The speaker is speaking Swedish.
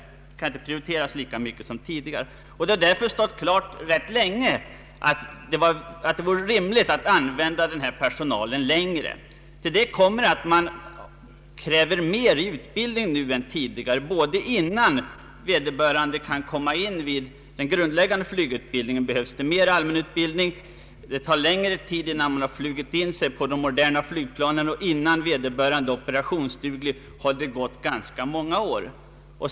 Det har därför länge stått klart att det vore rimligt att använda denna personal längre tid. Härtill kommer att det ställs större krav på utbildningen nu än tidigare. Det behövs nu mer allmän utbildning innan vederbörande antas till den grundläggande flygutbildningen, det tar längre tid att flyga in sig på de moderna flygplanen, och innan föraren är fullt operationsduglig har det gått ganska många år.